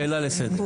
שאלה לסדר.